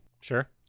Sure